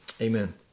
amen